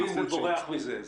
מבין ובורח מזה.